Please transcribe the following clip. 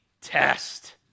Test